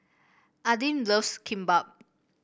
Aidyn loves Kimbap